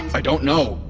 i don't know.